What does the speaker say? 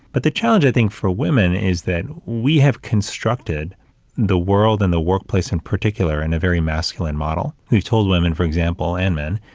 but the challenge, i think, for women is that we have constructed the world and the workplace in particular in a very masculine model. we've told women, for example, and men,